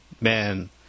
man